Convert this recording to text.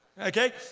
Okay